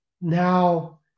now